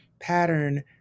pattern